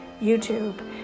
YouTube